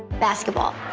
basketball,